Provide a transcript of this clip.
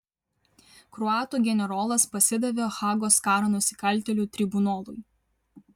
kroatų generolas pasidavė hagos karo nusikaltėlių tribunolui